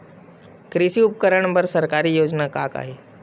कृषि उपकरण बर सरकारी योजना का का हे?